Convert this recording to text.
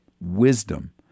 Wisdom